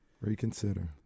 Reconsider